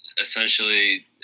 essentially